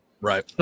Right